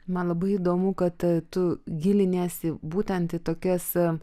man labai įdomu kad tu giliniesi būtent į tokias